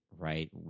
Right